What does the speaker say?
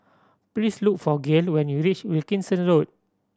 please look for Gayle when you reach Wilkinson Road